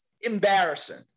Embarrassing